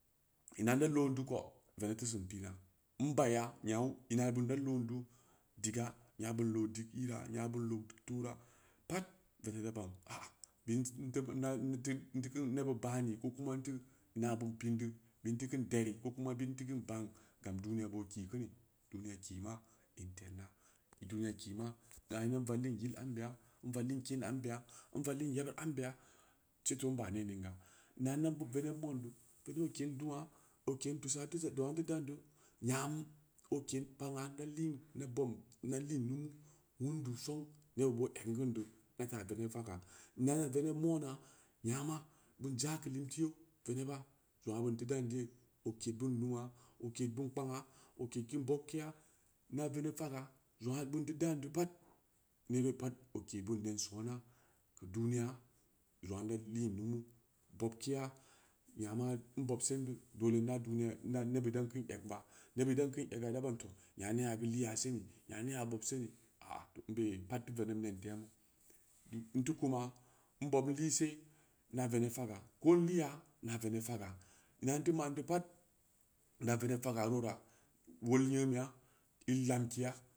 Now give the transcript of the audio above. Ina inda loondu ko veneb teusin piina in baya yau ina bunda loon duu diga nya bun loo dig ira nya bun loo dig pat veneb ban a- a inda beu bani ko kuma in teu ina bun piin deu bid in teu keun deri ko kuma bin in teu keun baan gam duniya bo kii kini duniya kii ma in tednna duniya kii ma in vallin yil ambeya in vallin keen ambeya in vallin yebud ambeya ceto in ba ne ning ga ina da verieb modu veneb o keun dua o ken tusa zea in teu dandu nyam o ken kpang'aa inda lin inda bobni in da lin numu wundu song egn kendu inda ta veneb faga in data veneb mona nyama bun ja keu lim teu yeu veneb ba zong'aa bun teu daan di o ked bun nuu o ked bun kpang aa o ked kin bob keya inda veneb faga jong'aa diin teu dandi pat nera pat o ke bun nen sona keu duniya keu zong'aa inda lin numu keu bob keya nyama in bob sendu dole ina duniya inda nebud dan kun egn ba nebud idan kiin ega ida ban tooh nya neya geu liya seni nya neya bob seni a- a in be ye pat teu veneb nen temu du in teu kuma in bobm lise inda veneb faga ko in liya inda veneb faga ina in teu man deu pat inda veneb faga ru wora wolnyen meya in lamkeya